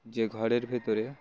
যে ঘরের ভেতরে